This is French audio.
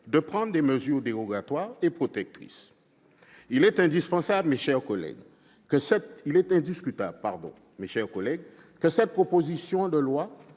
de prendre des mesures dérogatoires et protectrices. Il est indiscutable, mes chers collègues, que cette proposition de loi